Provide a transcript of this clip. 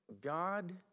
God